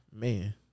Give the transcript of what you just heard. Man